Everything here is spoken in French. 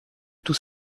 tout